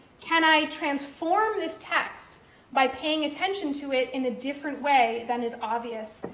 can i transform this text by paying attention to it in a different way than is obvious,